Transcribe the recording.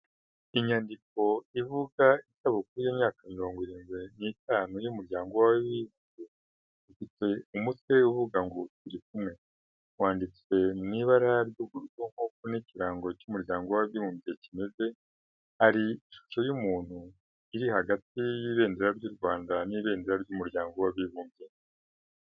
Inyandiko ivuka isabukuru y'imyaka mirongo irindwi n'itanu y'umuryango w'abimbye ifite umutwe uvuga ngo turi kumwe. Wanditswe mu ibara ry'ububuru ho nk'uko ikirango cy'umuryango w'abibumbye kimeze. Hari ishusho y'umuntu iri hagati y'ibendera ry'u Rwanda n'ibendera ry'umuryango w'abibumbye.